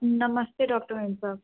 नमस्ते डॉक्टर मेमसाब